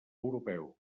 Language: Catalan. europeu